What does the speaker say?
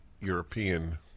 European